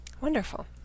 Wonderful